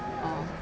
ah